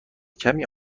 کمی